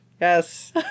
Yes